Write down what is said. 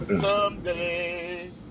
Someday